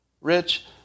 Rich